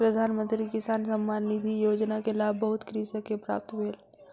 प्रधान मंत्री किसान सम्मान निधि योजना के लाभ बहुत कृषक के प्राप्त भेल